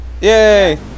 Yay